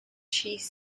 cheese